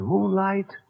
Moonlight